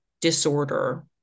disorder